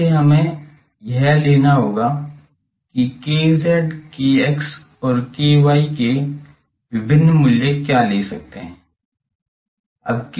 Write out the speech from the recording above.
यहाँ से हमें यह लेना होगा कि kz kx और ky के विभिन्न मूल्य क्या ले सकते हैं